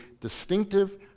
distinctive